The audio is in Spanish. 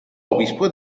obispo